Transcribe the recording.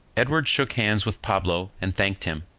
edward shook hands with pablo, and thanked him.